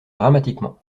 dramatiquement